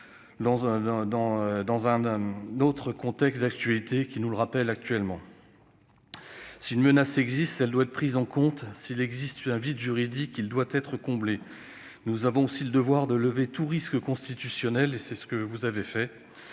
Dans un autre contexte, l'actualité nous le rappelle. Si une menace existe, elle doit être prise en compte. S'il existe un vide juridique, il doit être comblé. Nous avons aussi le devoir d'éviter tout risque constitutionnel. Je pense notamment